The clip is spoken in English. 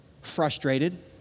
frustrated